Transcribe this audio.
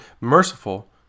merciful